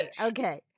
Okay